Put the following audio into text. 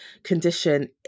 Condition